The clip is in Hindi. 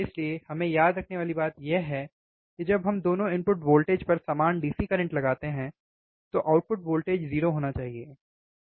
इसलिए हमें याद रखने वाली बात यह है कि जब हम दोनों इनपुट वोल्टेज पर समान DC करंट लगाते हैं तो आउटपुट वोल्टेज 0 होना चाहिए